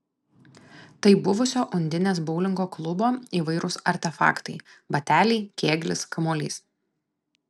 tai buvusio undinės boulingo klubo įvairūs artefaktai bateliai kėglis kamuolys